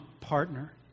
partner